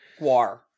Guar